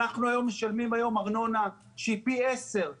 אנחנו משלמים ארנונה שהיא פי עשרה